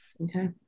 Okay